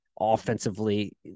Offensively